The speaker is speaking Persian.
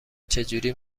چجوری